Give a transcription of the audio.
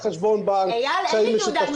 אבל לא תעודת נישואים, אנחנו לא שם.